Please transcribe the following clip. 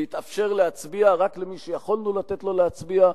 והתאפשר להצביע רק למי שיכולנו לתת לו להצביע,